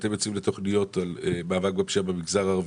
כשאתם יוצאים לתכניות על מאבק בפשיעה במגזר הערבי,